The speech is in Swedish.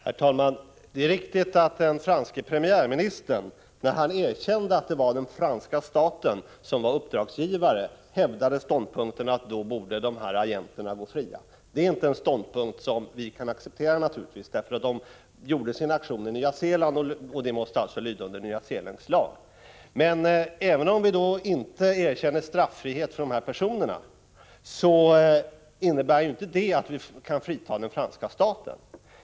Herr talman! Det är riktigt att den franske premiärministern när han erkände att den franska staten var uppdragsgivare hävdade ståndpunkten, att då borde agenterna gå fria. Det är naturligtvis inte en ståndpunkt som vi kan acceptera, eftersom de utförde sin aktion i Nya Zeeland, och detta måste alltså lyda under nyzeeländsk lag. Men även om vi inte erkänner straffrihet för de här personerna innebär det inte att vi kan frita den franska staten.